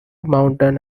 mountain